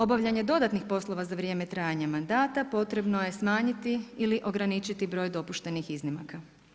Obavljanje dodatnih poslova za vrijeme trajanja mandata potrebno je smanjiti ili ograničiti broj dopuštenih iznimaka.